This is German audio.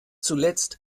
zuletzt